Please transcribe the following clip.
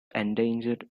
endangered